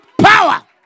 power